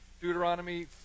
Deuteronomy